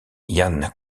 yann